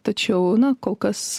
tačiau kol kas